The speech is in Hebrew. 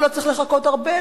אבל לא צריך לחכות הרבה.